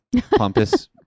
Pompous